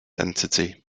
entity